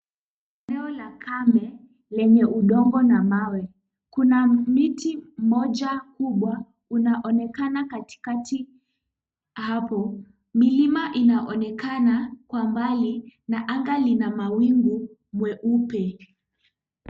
Eneo la kame lenye udongo na mawe, kuna miti moja kubwa unaonekana katikati hapo. Milima inaonekana kwa mbali na anga lina mawingu meupe.